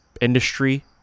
industry